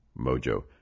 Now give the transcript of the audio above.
mojo